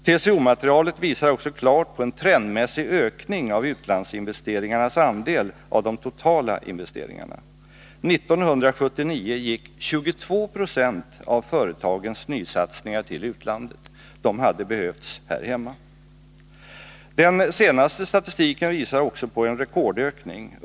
TCO-materialet visar också klart på en trendmässig ökning av utlandsinvesteringarnas andel av de totala investeringarna. 1979 gick 22 96 av företagens nysatsningar till utlandet. —De hade behövts här hemma. Den senaste statistiken visar också på en rekordökning.